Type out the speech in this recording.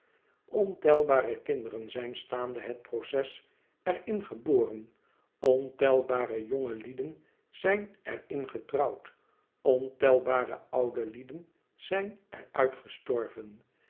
ontelbare kinderen zijn staande het proces er in geboren ontelbare jongelieden zijn er in getrouwd ontelbare oude lieden zijn er